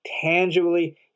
tangibly